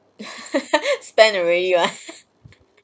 spend already [one]